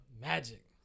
Magic